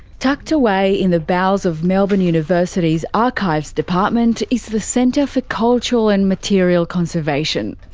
tucked away in the bowels of melbourne university's archives department is the centre for cultural and material conservation.